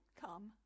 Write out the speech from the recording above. come